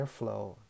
Airflow